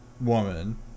woman